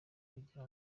kugira